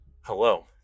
Hello